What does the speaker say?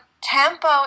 tempo